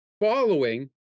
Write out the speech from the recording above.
following